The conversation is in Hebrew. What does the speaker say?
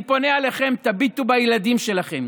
אני פונה אליכם, תביטו בילדים שלכם.